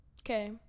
Okay